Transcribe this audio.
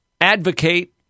advocate